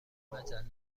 مجله